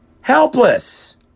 Helpless